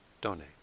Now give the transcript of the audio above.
donate